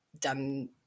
done